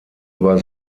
über